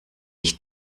ich